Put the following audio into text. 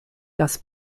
das